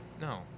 No